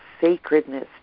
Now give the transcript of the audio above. sacredness